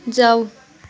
जाऊ